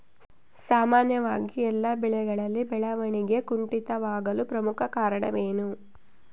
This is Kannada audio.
ಸಾಮಾನ್ಯವಾಗಿ ಎಲ್ಲ ಬೆಳೆಗಳಲ್ಲಿ ಬೆಳವಣಿಗೆ ಕುಂಠಿತವಾಗಲು ಪ್ರಮುಖ ಕಾರಣವೇನು?